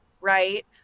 right